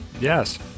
Yes